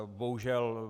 Bohužel.